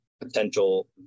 potential